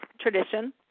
tradition